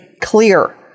clear